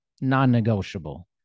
non-negotiable